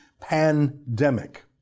Pandemic